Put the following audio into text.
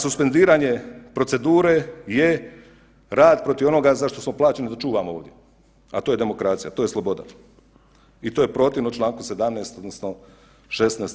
Suspendiranje procedure je rad protiv onoga za što smo plaćeni da čuvamo ovdje, a to je demokracija, to je sloboda i to je protivno čl. 17. odnosno 16.